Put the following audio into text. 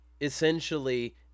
essentially